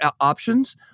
options